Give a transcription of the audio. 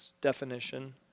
definition